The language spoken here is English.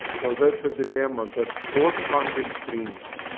so that's a dilemma, that both funding streams,